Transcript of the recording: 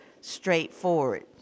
straightforward